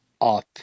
up